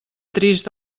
trist